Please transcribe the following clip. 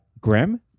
Grim